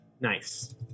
Nice